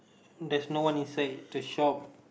there's no one inside the shop